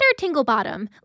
Tinglebottom